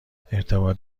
ارتباط